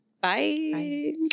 Bye